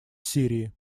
сирии